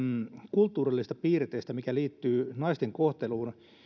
kulttuurillisesta piirteestä mikä liittyy naisten kohteluun